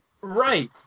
right